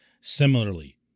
similarly